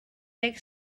deg